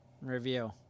Review